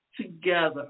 together